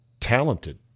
talented